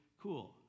cool